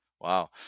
Wow